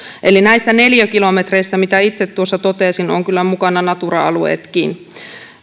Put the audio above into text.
eli näissä neliökilometreissä mitä itse tuossa totesin ovat kyllä mukana natura alueetkin